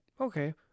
okay